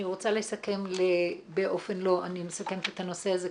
אני מסכמת את הנושא הזה,